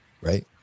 right